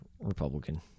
Republican